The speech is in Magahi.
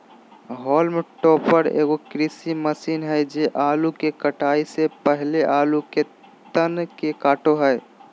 हॉल्म टॉपर एगो कृषि मशीन हइ जे आलू के कटाई से पहले आलू के तन के काटो हइ